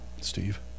steve